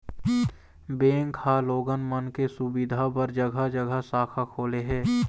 bank ह लोगन मन के सुबिधा बर जघा जघा शाखा खोले हे